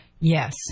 Yes